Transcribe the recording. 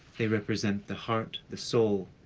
they represent the heart, the soul,